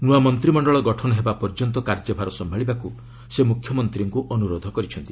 ନ୍ତଆ ମନ୍ତିମଶ୍ଚଳ ଗଠନ ହେବା ପର୍ଯ୍ୟନ୍ତ କାର୍ଯ୍ୟ ଭାର ସମ୍ଭାଳିବାକୁ ସେ ମୁଖ୍ୟମନ୍ତ୍ରୀଙ୍କୁ ଅନ୍ତରୋଧ କରିଛନ୍ତି